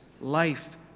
life